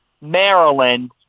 Maryland